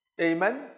Amen